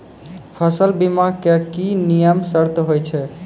फसल बीमा के की नियम सर्त होय छै?